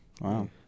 Wow